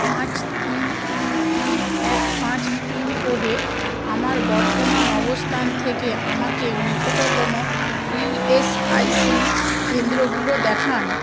পাঁচ তিন তিন তিন এক পাঁচ পিন কোডে আমার বর্তমান অবস্থান থেকে আমাকে নিকটতম ইএসআইসি কেন্দ্রগুলো দেখান